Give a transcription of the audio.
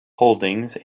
holdings